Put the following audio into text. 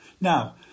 Now